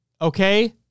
Okay